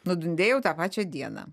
nudundėjau tą pačią dieną